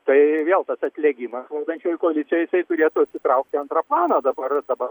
tai vėl tas atlėgimas valdančiojoj koalicijoj jisai turėtų atsitraukt į antrą planą dabar dabar